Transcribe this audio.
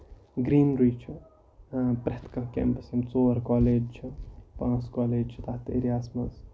greenery چھُ پرٮ۪تھ کانٛہہ کیمپَس یِم ژور کالج چھِ پانٛژھ کالج چھِ تَتھ ایریا ہَس مںٛز